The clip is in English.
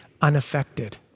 unaffected